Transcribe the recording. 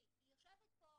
יושבת פה